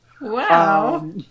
wow